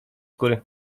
góry